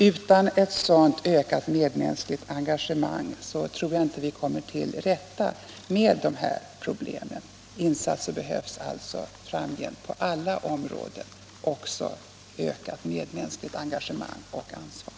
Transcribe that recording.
Utan ett sådant ökat medmänskligt engagemang tror jag inte att vi kommer till rätta med dessa problem. Insatser behövs alltså framgent på alla områden, också när det gäller ökat medmänskligt engagemang och ansvar.